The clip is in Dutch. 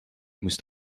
moest